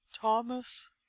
thomas